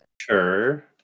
Sure